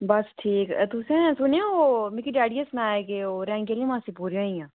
बस ठीक तुसें सुनेआ ओ मिकी डैडियै सनाया कि ओह् मासी पूरियां होई गेइयां